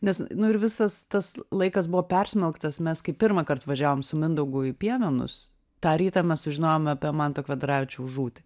nes nu ir visas tas laikas buvo persmelktas mes kai pirmą kart važiavom su mindaugu į piemenus tą rytą mes sužinojome apie manto kvedaravičiaus žūtį